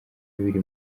biri